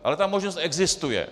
Ale ta možnost existuje.